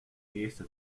earste